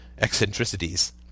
eccentricities